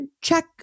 check